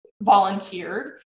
volunteered